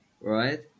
right